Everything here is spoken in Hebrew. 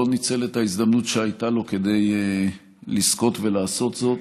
ניצל את ההזדמנות שהייתה לו כדי לזכות לעשות זאת.